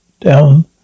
down